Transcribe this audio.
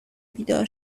بیدار